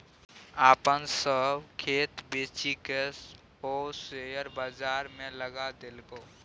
अपन सभ खेत बेचिकए ओ शेयर बजारमे लगा देलकै